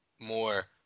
more